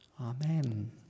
Amen